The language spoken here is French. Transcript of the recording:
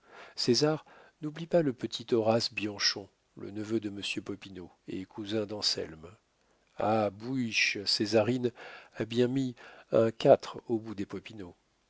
césar n'oublie pas le petit horace bianchon le neveu de monsieur popinot et cousin d'anselme ah bouiche césarine a bien mis un quatre au bout des